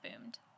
boomed